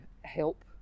help